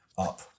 up